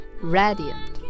radiant